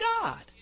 God